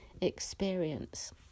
experience